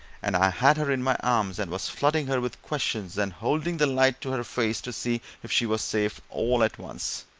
and i had her in my arms and was flooding her with questions and holding the light to her face to see if she was safe, all at once.